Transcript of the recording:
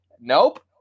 Nope